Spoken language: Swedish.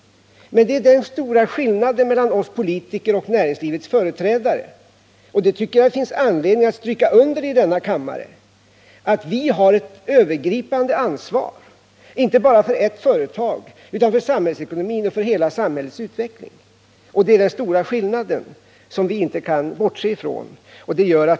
Men det är den stora skillnaden mellan oss politiker och näringslivets företrädare — och det tycker jag det finns anledning att understryka här i kammaren — att vi har ett övergripande ansvar, inte bara för ett företag utan för samhällsekonomin och för hela samhällets utveckling. Den stora skillnaden kan vi inte bortse ifrån.